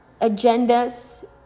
agendas